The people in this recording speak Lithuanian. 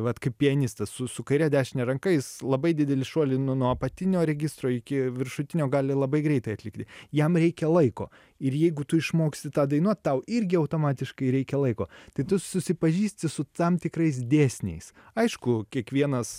vat kaip pianistas su su kaire dešine ranka jis labai didelį šuolį nu nuo apatinio registro iki viršutinio gali labai greitai atlikti jam reikia laiko ir jeigu tu išmoksi tą dainuot tau irgi automatiškai reikia laiko tai tu susipažįsti su tam tikrais dėsniais aišku kiekvienas